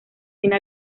cine